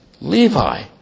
Levi